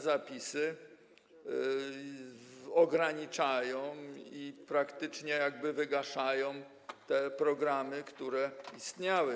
Zapisy tej ustawy ograniczają i praktycznie jakby wygaszają te programy, które istniały.